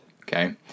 okay